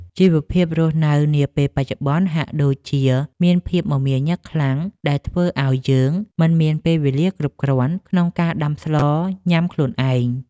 ជីវភាពរស់នៅនាពេលបច្ចុប្បន្នហាក់ដូចជាមានភាពមមាញឹកខ្លាំងដែលធ្វើឱ្យយើងមិនមានពេលវេលាគ្រប់គ្រាន់ក្នុងការដាំស្លញ៉ាំខ្លួនឯង។